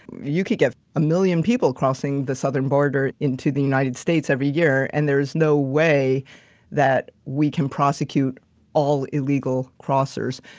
you could get a million people crossing the southern border into the united states every year and there's no way that we can prosecute all illegal crossers.